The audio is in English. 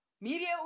Media